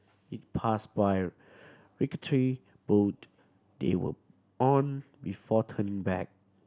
it passed by rickety boat they were on before turning back